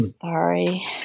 sorry